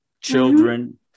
children